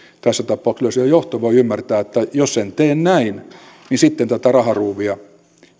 tässä tapauksessa yleisradion johto voi ymmärtää että jos en tee näin niin sitten tätä raharuuvia